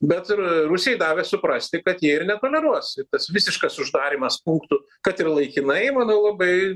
bet ir rusijai davė suprasti kad jie ir netoleruos ir tas visiškas uždarymas punktų kad ir laikinai manau labai